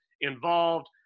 involved